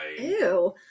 Ew